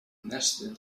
nested